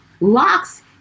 locks